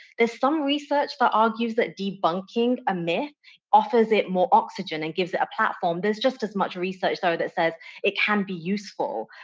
there's some research that but argues that debunking a myth offers it more oxygen and gives it a platform. there's just as much research though that says it can be useful.